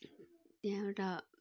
यहाँ एउटा